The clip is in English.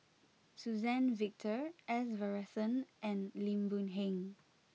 Suzann Victor S Varathan and Lim Boon Heng